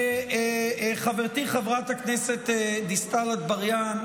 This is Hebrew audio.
וחברתי חבר הכנסת דיסטל אטבריאן,